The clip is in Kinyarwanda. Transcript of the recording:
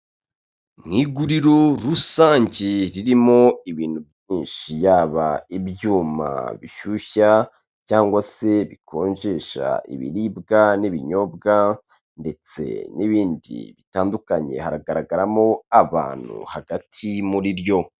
Ni iguriro rusange ririmo ibintu byinshi, yaba ibyuma bishyushya cyangwa se bikonjesha, ibiribwa n'ibinyobwa ndetse n'ibindi bitandukanye. Haragaragaramo abantu hagati muri ryo.